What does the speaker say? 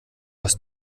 hast